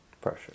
Pressure